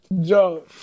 Joe